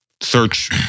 search